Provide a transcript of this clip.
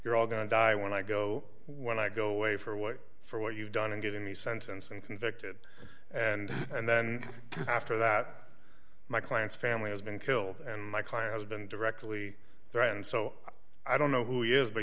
you're all going to die when i go when i go away for what for what you've done in getting the sentence and convicted and and then after that my client's family has been killed and my client has been directly threatened so i don't know who he is but